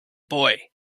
boy